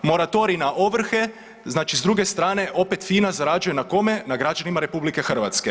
Moratorij na ovrhe, znači s druge strane opet FINA zarađuje na kome, na građanima RH.